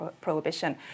prohibition